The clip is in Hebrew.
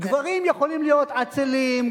גברים יכולים להיות עצלים,